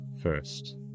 first